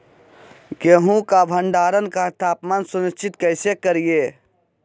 गेहूं का भंडारण का तापमान सुनिश्चित कैसे करिये?